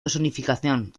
personificación